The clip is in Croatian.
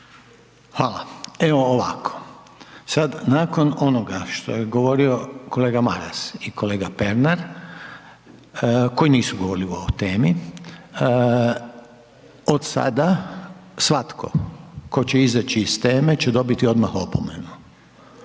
Hvala puno. **Reiner, Željko (HDZ)** i kolega Pernar, koji nisu govorili o ovoj temi, od sada svatko tko će izaći iz teme će dobiti odmah opomenu